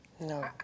No